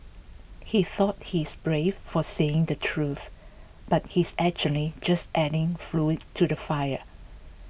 he thought he's brave for saying the truth but he's actually just adding fuel to the fire